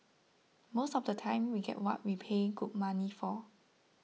most of the time we get what we pay good money for